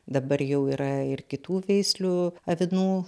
dabar jau yra ir kitų veislių avinų